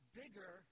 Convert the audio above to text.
bigger